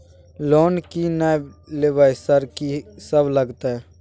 Loan की ना लेबय सर कि सब लगतै?